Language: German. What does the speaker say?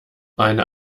eine